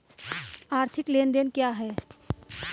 आर्थिक लेनदेन क्या है?